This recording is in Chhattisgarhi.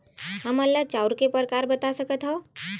हमन ला चांउर के प्रकार बता सकत हव?